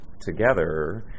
together